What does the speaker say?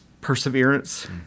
perseverance